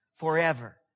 forever